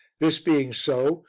this being so,